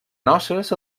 noces